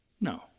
No